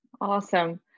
Awesome